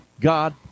god